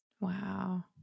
Wow